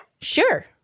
Sure